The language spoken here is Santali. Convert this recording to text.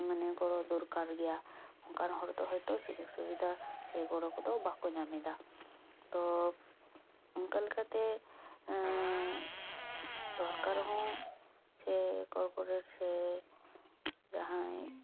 ᱢᱟᱱᱮ ᱜᱚᱲᱚ ᱫᱚᱨᱠᱟᱨ ᱜᱮᱭᱟ ᱚᱱᱠᱟᱱ ᱦᱚᱲᱫᱚ ᱥᱩᱡᱳᱜ ᱥᱩᱵᱤᱫᱟ ᱥᱮ ᱜᱚᱲᱚ ᱠᱚᱫᱚ ᱵᱟᱠᱚ ᱧᱟᱢᱮᱫᱟ ᱛᱳ ᱚᱱᱠᱟ ᱞᱮᱠᱟᱛᱮ ᱥᱚᱨᱠᱟᱨ ᱦᱚᱸ ᱥᱮ ᱠᱚᱨᱯᱚᱨᱮᱴ ᱥᱮ ᱡᱟᱦᱟᱸᱭ